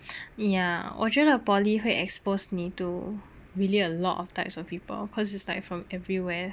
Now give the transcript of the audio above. ya 我觉得 poly 会 expose 你 to really a lot of types of people cause it's like from everywhere